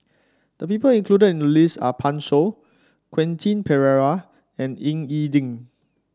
the people included in the list are Pan Shou Quentin Pereira and Ying E Ding